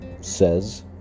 says